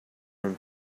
room